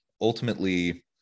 ultimately